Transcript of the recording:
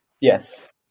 Yes